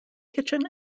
kitchen